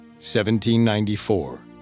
1794